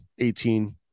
18